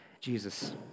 Jesus